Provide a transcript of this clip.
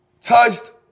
touched